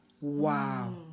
Wow